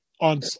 on